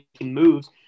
moves